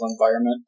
environment